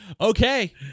Okay